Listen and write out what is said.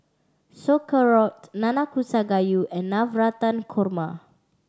Sauerkraut Nanakusa Gayu and Navratan Korma